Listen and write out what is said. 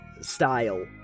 style